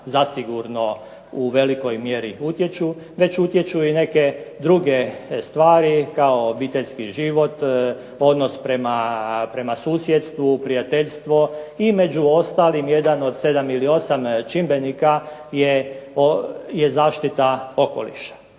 zasigurno u velikoj mjeri utječu već utječu i neke druge stvari kao obiteljski život, odnos prema susjedstvu, prijateljstvo i među ostalim jedan od sedam ili osam čimbenika je zaštita okoliša.